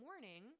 morning